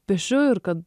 piešiu ir kad